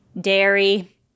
dairy